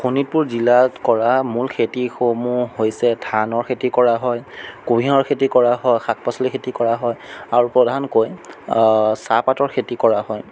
শোণিতপুৰ জিলাত কৰা মোৰ খেতিসমূহ হৈছে ধানৰ খেতি কৰা হয় কুঁহিয়াৰৰ খেতি কৰা হয় শাক পাচলিৰ খেতি কৰা হয় আৰু প্ৰধানকৈ চাহপাতৰ খেতি কৰা হয়